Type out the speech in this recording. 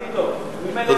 כן.